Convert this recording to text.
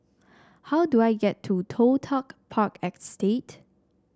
how do I get to Toh Tuck Park Estate